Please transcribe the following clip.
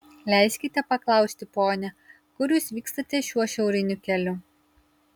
leiskite paklausti pone kur jūs vykstate šiuo šiauriniu keliu